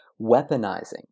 weaponizing